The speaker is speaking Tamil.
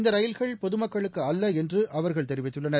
இந்தரயில்கள் பொதுமக்களுக்குஅல்லஎன்றுஅவர்கள் தெரிவித்துள்ளனர்